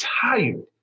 tired